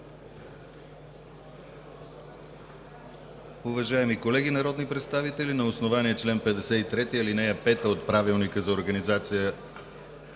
Уважаеми колеги народни представители, на основание чл. 53, ал. 5 от Правилника за организацията